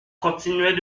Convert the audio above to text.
continuait